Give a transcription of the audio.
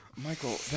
Michael